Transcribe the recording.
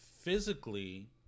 Physically